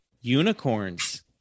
Unicorns